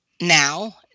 Now